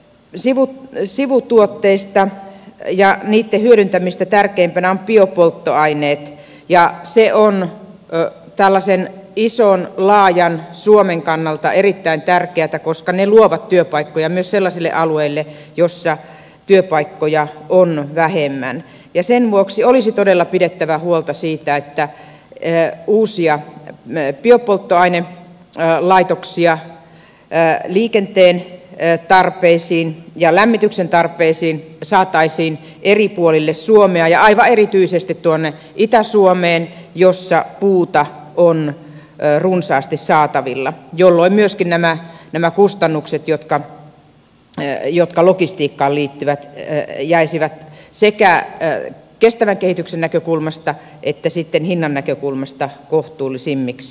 näistä sivutuotteista ja niitten hyödyntämisestä tärkeimpinä ovat biopolttoaineet ja se on tällaisen ison laajan suomen kannalta erittäin tärkeätä koska ne luovat työpaikkoja myös sellaisille alueille joilla työpaikkoja on vähemmän ja sen vuoksi olisi todella pidettävä huolta siitä että uusia biopolttoainelaitoksia liikenteen tarpeisiin ja lämmityksen tarpeisiin saataisiin eri puolille suomea ja aivan erityisesti tuonne itä suomeen jossa puuta on runsaasti saatavilla jolloin myöskin nämä kustannukset jotka logistiikkaan liittyvät jäisivät sekä kestävän kehityksen näkökulmasta että sitten hinnan näkökulmasta kohtuullisemmiksi